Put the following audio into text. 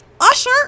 Usher